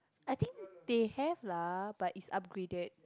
I think they have lah but it's upgraded